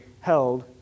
held